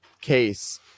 case